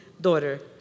daughter